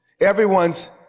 Everyone's